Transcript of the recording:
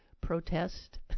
protest